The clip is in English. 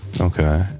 Okay